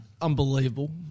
unbelievable